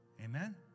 Amen